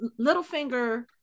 Littlefinger